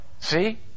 See